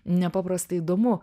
nepaprastai įdomu